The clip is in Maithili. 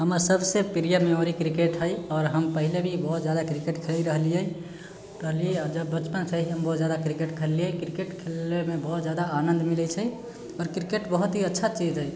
हमर सभसँ प्रिये मेमोरी क्रिकेट हय आओर हम पहिले भी बहुत जादा क्रिकेट खेलै रहलियै रहलियै आओर जब बचपनसँ ही हम बहुत जादा क्रिकेट खेललियै क्रिकेट खेलैमे बहुत जादा आनन्द मिलै छै आओर क्रिकेट बहुत ही अच्छा चीज हय